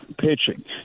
pitching